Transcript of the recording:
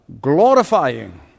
glorifying